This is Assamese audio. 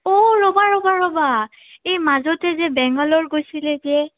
অঁ ৰ'বা ৰ'বা ৰ'বা এই মাজতে যে বেংগালোৰ গৈছিলে যে